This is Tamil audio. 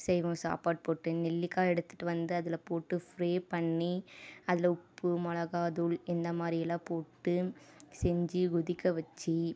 செய்வோம் சாப்பாடு போட்டு நெல்லிக்காய் எடுத்துகிட்டு வந்து அதி போட்டு ஃப்ரே பண்ணி அதில் உப்பு மிளகா தூள் இந்த மாதிரியெல்லாம் போட்டு செஞ்சு கொதிக்க வச்சு